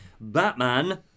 Batman